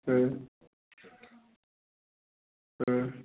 ओह ओह